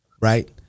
Right